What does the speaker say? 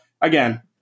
Again